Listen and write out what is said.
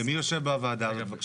מי יושב בוועדה הזאת?